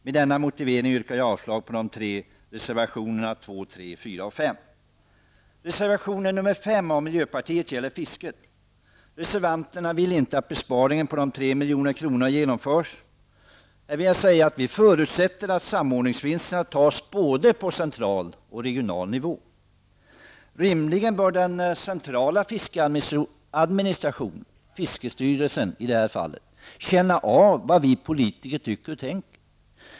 Med denna motivering yrkar jag avslag på de tre reservationerna nr 2, 3 och 4. Reservation nr 5 gäller fisket. Reservanterna vill inte att besparingen på 3 milj.kr. genomförs. Vi förutsätter att samordningsvinsterna tas både på central och regional nivå. Rimligen bör den centrala fiskeadministrationen, fiskeristyrelsen, känna av vad vi politiker tycker och tänker.